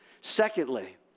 Secondly